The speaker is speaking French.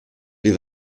les